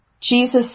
Jesus